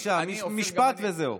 בבקשה, משפט וזהו.